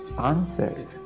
answer